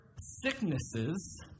sicknesses